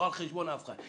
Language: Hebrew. לא על חשבון אף אחד.